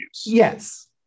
Yes